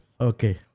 Okay